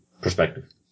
perspective